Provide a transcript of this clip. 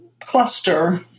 cluster